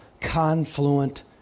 confluent